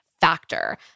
Factor